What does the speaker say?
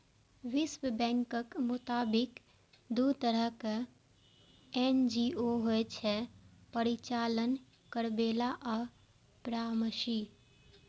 विश्व बैंकक मोताबिक, दू तरहक एन.जी.ओ होइ छै, परिचालन करैबला आ परामर्शी